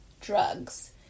drugs